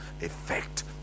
effect